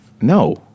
No